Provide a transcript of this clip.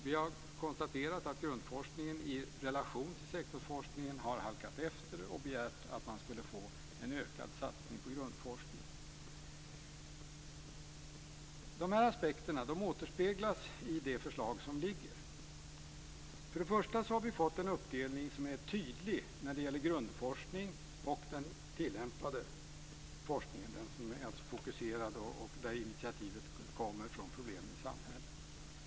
Vi har konstaterat att grundforskningen i relation till sektorsforskningen halkat efter och har begärt att få en ökad satsning på grundforskningen. Dessa aspekter återspeglas i nu liggande förslag. Vi har fått en tydlig uppdelning när det gäller grundforskning och tillämpad forskning, som alltså är fokuserad och där initiativet kommer från problemen i samhället.